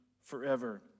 forever